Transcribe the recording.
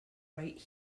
right